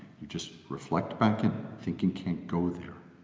you just reflect back in thinking can't go there.